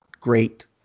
great